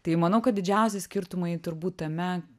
tai manau kad didžiausi skirtumai turbūt tame